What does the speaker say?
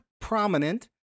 prominent